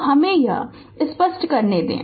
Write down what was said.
तो हमे यह सपष्टकरने दे